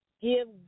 give